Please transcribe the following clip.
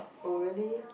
oh really